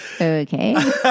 Okay